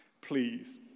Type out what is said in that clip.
Please